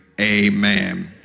Amen